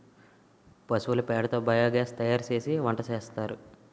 పశువుల పేడ తో బియోగాస్ తయారుసేసి వంటసేస్తారు